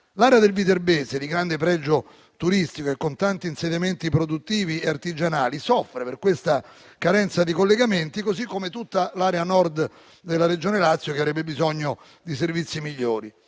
L'area del Viterbese, di grande pregio turistico e con tanti insediamenti produttivi e artigianali, soffre per questa carenza di collegamento, così come tutta l'area nord della Regione Lazio, che avrebbe bisogno di servizi migliori.